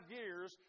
years